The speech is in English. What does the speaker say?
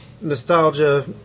nostalgia